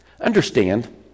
Understand